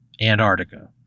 Antarctica